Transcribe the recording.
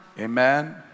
Amen